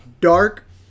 Dark